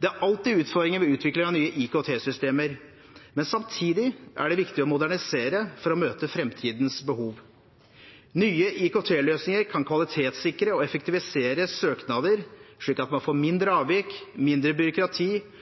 Det er alltid utfordringer ved utvikling av nye IKT-systemer, men samtidig er det viktig å modernisere for å møte fremtidens behov. Nye IKT-løsninger kan kvalitetssikre og effektivisere søknader slik at man får mindre avvik, mindre byråkrati